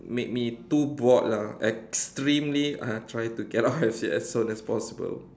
made me too bored lah extremely I try to get out as soon as possible